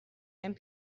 and